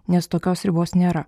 nes tokios ribos nėra